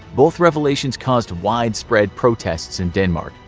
both revelations cause widespread protests in denmark.